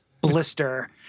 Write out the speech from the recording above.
Blister